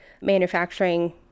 manufacturing